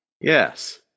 Yes